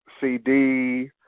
CD